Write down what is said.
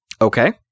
Okay